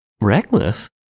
Reckless